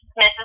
Mrs